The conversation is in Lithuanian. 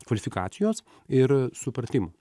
kvalifikacijos ir supratim